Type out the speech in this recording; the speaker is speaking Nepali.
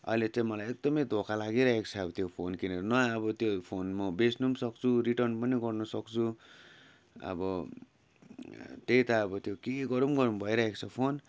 अहिले त्यो मलाई एकदमै धोका लागिरहेको छ अब त्यो फोन किनेर न अब त्यो फोन म बेच्नु पनि सक्छु रिटर्न पनि गर्नसक्छु अब त्यही त अब त्यो के गरौँ गरौँ भइरहेको छ फोन